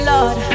Lord